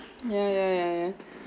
ya ya ya ya